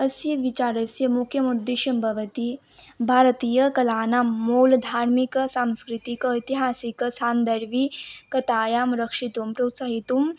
अस्य विचारस्य मुख्यमुद्देश्यं भवति भारतीयकलानां मूलधार्मिकसांस्कृतिक ऐतिहासिकसान्दर्भिकतायां रक्षितुं प्रोत्साहयितुं